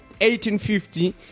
1850